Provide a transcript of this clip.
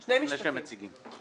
לפני שהם מציגים.